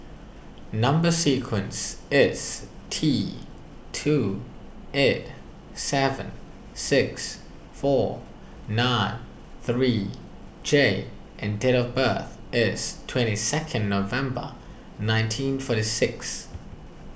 Number Sequence is T two eight seven six four nine three J and date of birth is twenty second November nineteen forty six